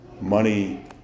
money